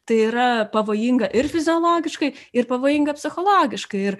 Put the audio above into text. tai yra pavojinga ir fiziologiškai ir pavojinga psichologiškai ir